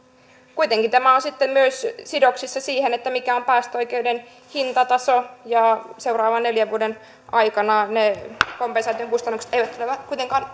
kuitenkin tämä on sitten myös sidoksissa siihen mikä on päästöoikeuden hintataso ja seuraavan neljän vuoden aikana ne kompensaation kustannukset eivät tule kuitenkaan